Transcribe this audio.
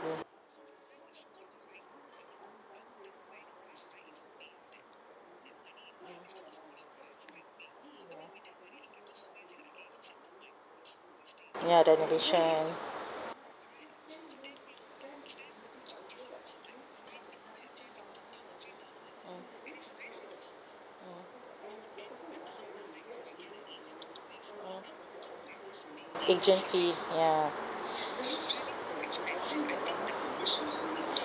levy ya renovation agent fee ya